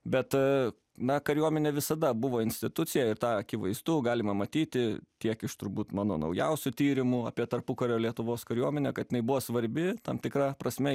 bet na kariuomenė visada buvo institucija ir tą akivaizdu galima matyti tiek iš turbūt mano naujausiu tyrimu apie tarpukario lietuvos kariuomenę kad jinai buvo svarbi tam tikra prasme